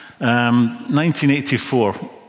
1984